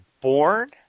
born –